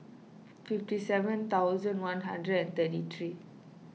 fifty seven thousand one hundred and thirty three